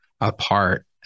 apart